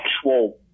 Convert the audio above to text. actual